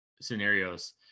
scenarios